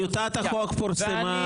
טיוטת החוק פורסמה.